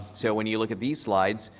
so when you look at these slides